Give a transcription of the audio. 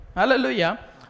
Hallelujah